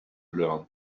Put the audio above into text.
learn